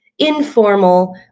informal